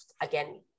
Again